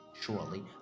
surely